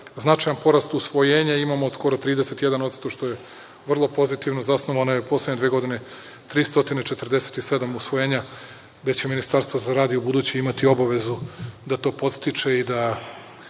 Značajan porast usvojenja imamo od skoro 31%, što je vrlo pozitivno. Zasnovano je u poslednje dve godine 347 usvojenja, gde će Ministarstvo za rad i ubuduće imati obavezu da to podstiče i da